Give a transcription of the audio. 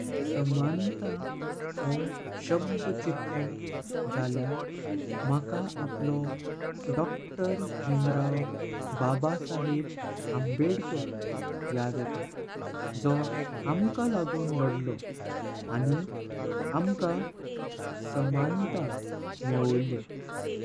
समांता हो शब्द चित्तलो झाल्यार मका आपलो डॉ. भीमराव बाबासाहेब आंबेडकर याद येता। जो आमका लागों लडलो आनी आमका समांता मळवोळी।